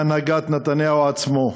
בהנהגת נתניהו עצמו.